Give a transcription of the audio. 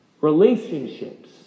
relationships